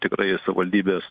tikrai savaldybės